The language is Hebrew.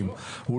וזה לא